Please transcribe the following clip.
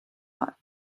lot